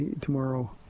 tomorrow